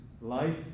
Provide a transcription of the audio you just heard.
life